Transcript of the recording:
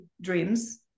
dreams